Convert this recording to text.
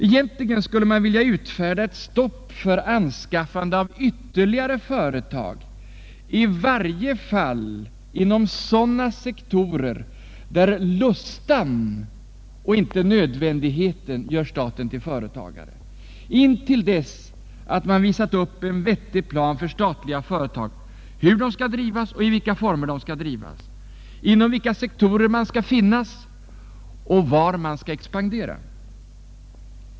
Egentligen skulle man vilja utfärda ett stopp för anskaffande av ytterligare företag, i varje fall inom sådana sektorer där lustan och icke nödvändigheten gör staten till företagare, intill dess att man visat upp en vettig plan för statliga företag, hur de skall drivas och i vilka former de skall drivas, inom vilka sektorer man skall finnas och var man skall expandera.